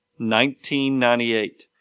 1998